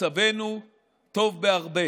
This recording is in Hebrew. מצבנו טוב בהרבה.